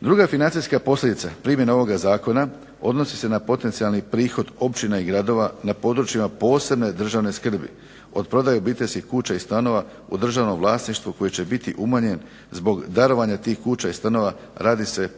Druga financijska posljedica primjene ovoga zakona odnosi se na potencijalni prihod općina i gradova na područjima posebne državne skrbi od prodaje obiteljskih kuća i stanova u državnom vlasništvu koji će biti umanjen zbog darovanja tih kuća i stanova. Radi se